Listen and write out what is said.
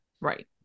Right